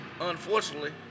Unfortunately